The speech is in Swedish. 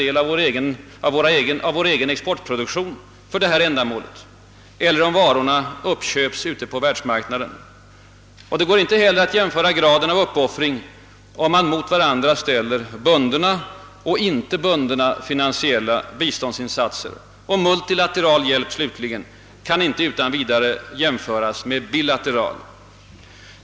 del av vår egen exportproduktion för detta ändamål eller om varorna köps på världsmarknaden. Det går inte heller att mäta graden av uppoffring, om man mot varandra ställer bundna och inte bundna = finansiella = biståndsinsatser. Multilateral hjälp kan inte heller utan vidare jämföras med bilateral.